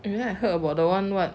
and then I heard about the one [what]